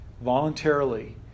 voluntarily